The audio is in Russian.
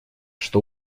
что